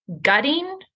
Gutting